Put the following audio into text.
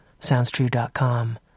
SoundsTrue.com